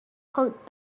hart